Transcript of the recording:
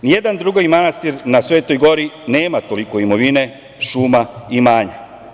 Nijedan drugi manastir na Svetoj gori nema toliko imovine, šuma, imanja.